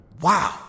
Wow